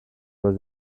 was